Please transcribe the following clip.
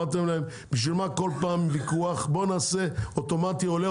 ואמרתם להם בשביל מה כל פעם ויכוח בוא נעשה אוטומטי עולה,